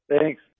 Thanks